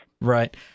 Right